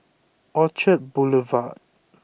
Orchard Boulevard